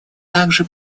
также